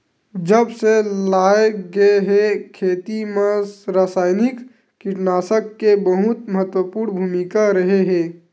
जब से लाए गए हे, खेती मा रासायनिक कीटनाशक के बहुत महत्वपूर्ण भूमिका रहे हे